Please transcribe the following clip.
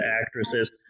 actresses